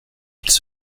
qu’ils